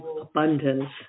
abundance